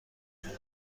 کنید